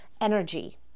energy